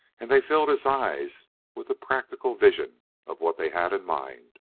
and they filled his eyes with the practical vision of what they had in mind.